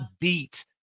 beat